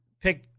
pick –